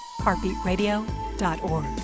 heartbeatradio.org